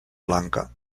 blanca